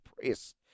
press